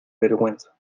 vergüenza